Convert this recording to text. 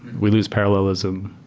we lose parallelism,